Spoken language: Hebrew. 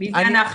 מי זה אנחנו?